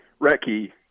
Recky